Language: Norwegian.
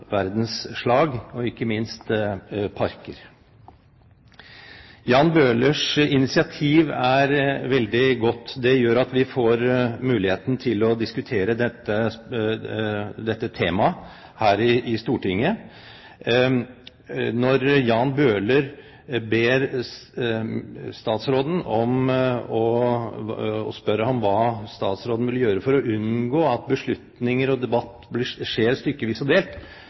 verdens slag og ikke minst parker. Jan Bøhlers initiativ er veldig godt. Det gjør at vi får muligheten til å diskutere dette temaet i Stortinget. Jan Bøhler spør hva statsråden vil gjøre for å unngå at beslutninger og debatt skjer stykkevis og delt.